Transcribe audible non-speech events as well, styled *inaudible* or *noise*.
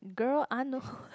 girl I know *noise*